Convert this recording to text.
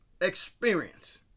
experience